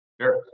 Sure